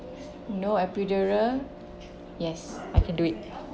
no epidural yes I can do it